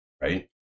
right